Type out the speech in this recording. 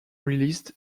released